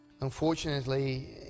unfortunately